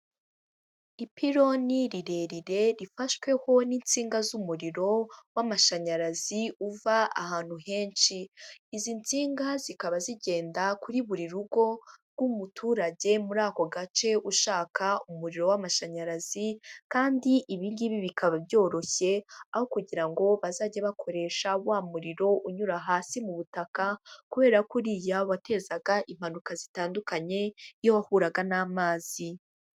Ipironi rirerire rifashweho n'insinga z'umuriro w'amashanyarazi uva ahantu henshi, izi nsinga zikaba zigenda kuri buri rugo rw'umuturage muri ako gace ushaka umuriro w'amashanyarazi, kandi ibi ngibi bikaba byoroshye aho kugira ngo bazajye bakoresha wa muriro unyura hasi mu butaka, kubera ko uriya watezaga impanuka zitandukanye iyo wahuraga n'amazi.